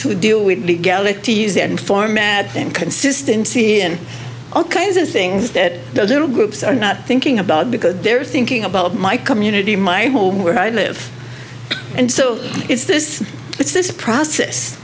to deal with legalities and format and consistency and all kinds of things that those little groups are not thinking about because they're thinking about my community my home where i live and so it's this it's this process